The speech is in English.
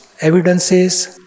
evidences